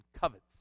covets